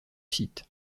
site